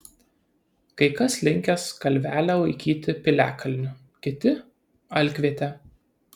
kai kas linkęs kalvelę laikyti piliakalniu kiti alkviete